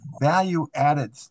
value-added